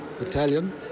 Italian